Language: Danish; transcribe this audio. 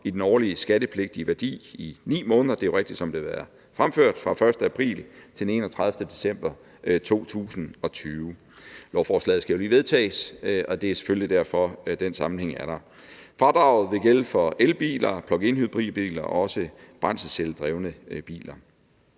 i den årlige skattepligtige værdi i 9 måneder; det er jo rigtigt, som det har været fremført, at det er fra den 1. april til den 31. december 2020. Lovforslaget skal jo lige vedtages, og det er selvfølgelig derfor, at der er den sammenhæng. Fradraget vil gælde for elbiler, pluginhybridbiler og også brændselscelledrevne biler.